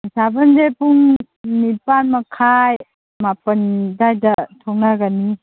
ꯅꯤꯁꯥꯕꯟꯁꯦ ꯄꯨꯡ ꯅꯤꯄꯥꯟ ꯃꯈꯥꯏ ꯃꯥꯄꯟ ꯑꯗꯥꯏꯗ ꯊꯣꯛꯅꯒꯅꯤ